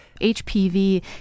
HPV